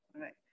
right